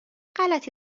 غلطی